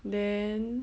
then